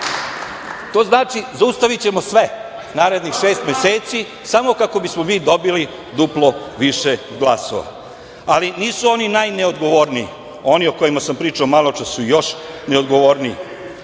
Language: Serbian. To znači - zaustavićemo sve narednih šest meseci, samo kako bismo mi dobili duplo više glasova. Ali, nisu oni najneodgovorniji. Oni o kojima sam pričao maločas su još neodgovorniji.